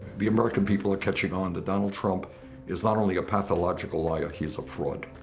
the american people are catching on that donald trump is not only a pathological liar. he is a fraud.